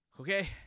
Okay